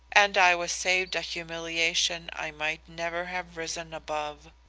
and i was saved a humiliation i might never have risen above.